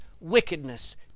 wickedness